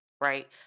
right